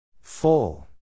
Full